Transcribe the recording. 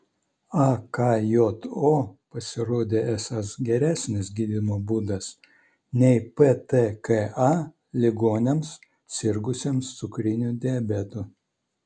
akjo pasirodė esąs geresnis gydymo būdas nei ptka ligoniams sirgusiems cukriniu diabetu